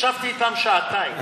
ישבתי איתם שעתיים.